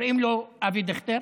קוראים לו אבי דיכטר,